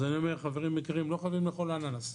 אז אני אומר 'חברים, לא חייבים לאכול אננס,